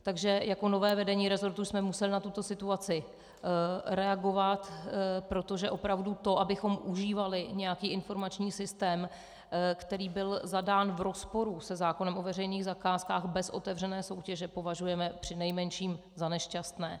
Takže jako nové vedení resortu jsme museli na tuto situaci reagovat, protože opravdu to, abychom užívali nějaký informační systém, který byl zadán v rozporu se zákonem o veřejných zakázkách bez otevřené soutěže, považujeme přinejmenším za nešťastné.